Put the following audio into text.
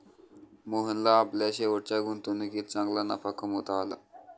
मोहनला आपल्या शेवटच्या गुंतवणुकीत चांगला नफा कमावता आला